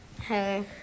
Hey